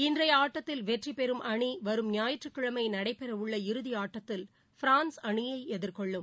இன்றையஆட்டத்தில் வெற்றிபெறும் அணிவரும் ஞாயிற்றுக்கிழமைநடைபெறஉள்ள இறுதிஆட்டத்தில் பிரான்ஸ் அணியைஎதிர்கொள்ளும்